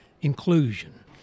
inclusion